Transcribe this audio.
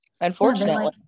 unfortunately